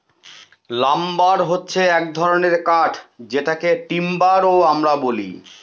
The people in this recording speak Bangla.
লাম্বার হছে এক ধরনের কাঠ যেটাকে টিম্বার ও আমরা বলি